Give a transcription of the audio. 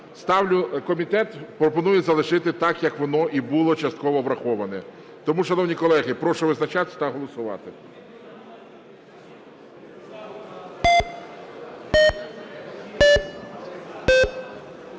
її. Комітет пропонує залишити так як воно і було частково враховане. Тому, шановні колеги, прошу визначатись та голосувати.